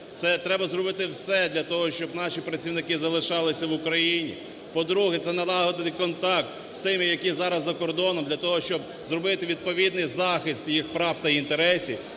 це треба зробити все для того, щоб наші працівники залишалися в Україні. По-друге, це налагодити контакт з тими, які зараз за кордоном для того, щоб зробити відповідний захист їх прав та інтересів.